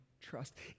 trust